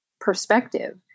perspective